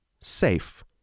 SAFE